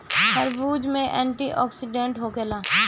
खरबूज में एंटीओक्सिडेंट होखेला